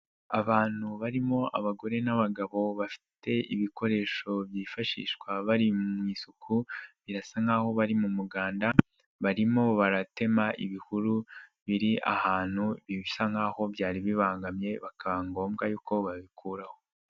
Abantu barimo abagore n'abagabo bafite ibikoresho byifashishwa bari mu isuku, birasa nk'aho bari mu muganda, barimo baratema ibihuru biri ahantu bisa nk'aho byari bibangamye bikaba ngombwa yuko babikuraho.